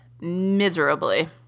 miserably